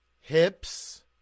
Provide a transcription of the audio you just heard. hips